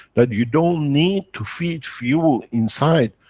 that you don't need to feed fuel inside,